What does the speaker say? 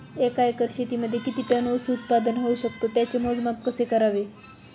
एका एकर शेतीमध्ये किती टन ऊस उत्पादन होऊ शकतो? त्याचे मोजमाप कसे करावे?